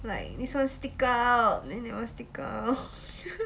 like this one stick out that one stick out